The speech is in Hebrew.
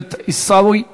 הכנסת עיסאווי פריג',